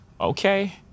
okay